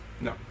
No